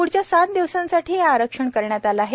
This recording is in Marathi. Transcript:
पृढच्या सात दिवसांसाठी हे आरक्षण करण्यात आलं आहे